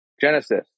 genesis